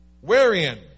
Wherein